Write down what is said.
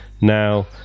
Now